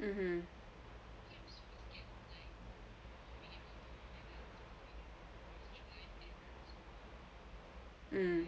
mmhmm um